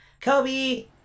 Kobe